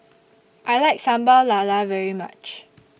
I like Sambal Lala very much